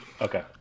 okay